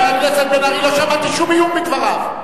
חבר הכנסת בן-ארי, לא שמעתי שום איום בדבריו.